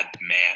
man